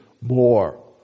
more